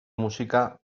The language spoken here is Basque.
musika